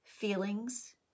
feelings